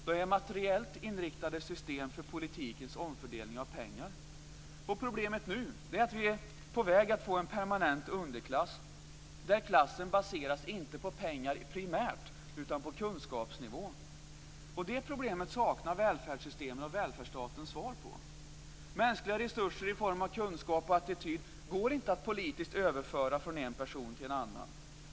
De är materiellt inriktade system för politikens omfördelning av pengar. Problemet nu är att vi är på väg att få en permanent underklass, där klassen inte baseras på pengar primärt utan på kunskapsnivån. Detta problem saknar välfärdssystemen och välfärdsstaten en lösning på. Mänskliga resurser i form av kunskap och attityd går inte att politiskt överföra från en person till en annan.